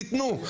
תיתנו.